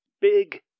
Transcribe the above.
big